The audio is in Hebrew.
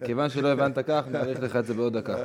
כיוון שלא הבנת כך, נאריך לך בעוד דקה.